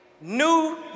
New